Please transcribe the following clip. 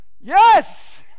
yes